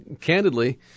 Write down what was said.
candidly